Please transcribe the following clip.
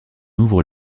ouvre